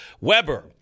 Weber